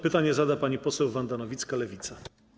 Pytanie zada pani poseł Wanda Nowicka, Lewica.